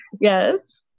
Yes